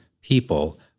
people